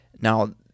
Now